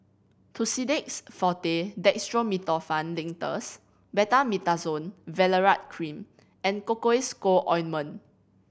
Tussidex Forte Dextromethorphan Linctus Betamethasone Valerate Cream and Cocois Co Ointment